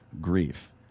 grief